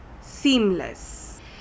seamless